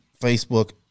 Facebook